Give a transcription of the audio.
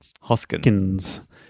Hoskins